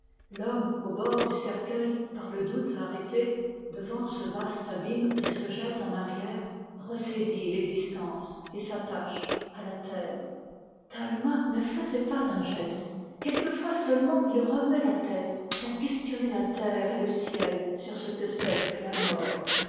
l'homme au bord du cercueil par le doute arrêté n devant ce vaste abîme il se jette en arrière ressaisit l'existence et s'attache à la terre talma ne faisait pas un geste quelquefois seulement il remuait la tête pour questionner la terre et le ciel sur ce que c'est que la mort